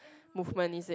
movement is it